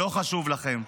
לא חשוב לכם.